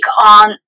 on